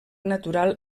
natural